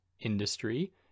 industry